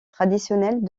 traditionnels